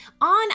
On